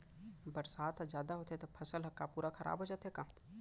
बरसात ह जादा होथे त फसल ह का पूरा खराब हो जाथे का?